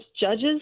judges